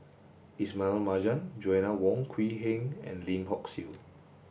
Ismail Marjan Joanna Wong Quee Heng and Lim Hock Siew